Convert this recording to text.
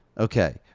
okay.